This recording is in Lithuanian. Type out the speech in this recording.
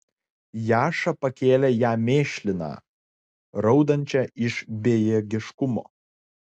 jaša pakėlė ją mėšliną raudančią iš bejėgiškumo